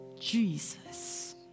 Jesus